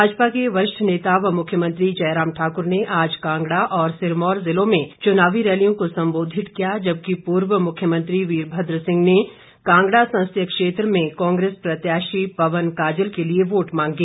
भाजपा के वरिष्ठ नेता व मुख्यमंत्री जयराम ठाकुर ने आज कांगड़ा और सिरमौर ज़िलों में चुनावी रैलियों को संबोधित किया जबकि पूर्व मुख्यमंत्री वीरभद्र सिंह ने कांगड़ा संसदीय क्षेत्र में कांग्रेस प्रत्याशी पवन काजल के लिए वोट मांगे